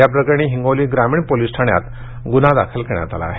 याप्रकरणी हिंगोली ग्रामीण पोलीस ठाण्यात गुन्हा दाखल करण्यात आला आहे